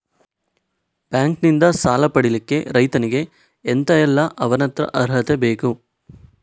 Bank ನಿಂದ ಸಾಲ ಪಡಿಲಿಕ್ಕೆ ರೈತನಿಗೆ ಎಂತ ಎಲ್ಲಾ ಅವನತ್ರ ಅರ್ಹತೆ ಬೇಕು?